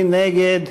מי נגד?